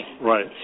Right